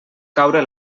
caure